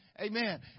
Amen